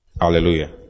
Hallelujah